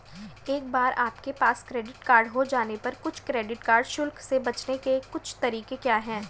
एक बार आपके पास क्रेडिट कार्ड हो जाने पर कुछ क्रेडिट कार्ड शुल्क से बचने के कुछ तरीके क्या हैं?